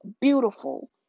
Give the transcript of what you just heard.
beautiful